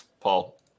Paul